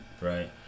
right